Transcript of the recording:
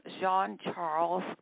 Jean-Charles